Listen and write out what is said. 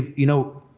you know,